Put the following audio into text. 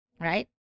Right